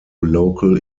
local